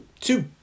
two